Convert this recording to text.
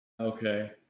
Okay